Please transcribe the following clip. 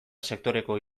sektoreko